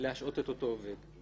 להשעות את אותו עובד.